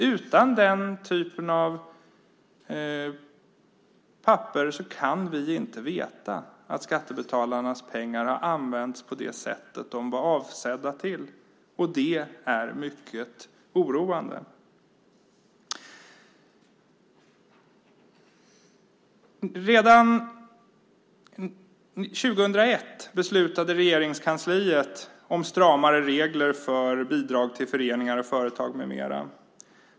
Utan den typen av papper kan vi inte veta att skattebetalarnas pengar har använts på det sätt som de var avsedda för. Det är mycket oroande. Redan 2001 beslutade Regeringskansliet om stramare regler för bidrag till föreningar, företag med mera.